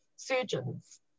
Surgeons